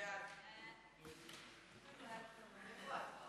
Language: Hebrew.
סעיפים 1